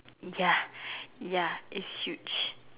ya ya it's huge